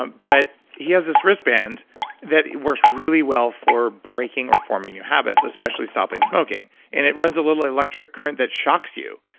but he has this wristband that works really well for breaking or forming new habits, especially stopping smoking and it runs a little electric current that shocks you,